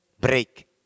break